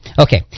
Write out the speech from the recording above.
Okay